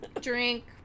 Drink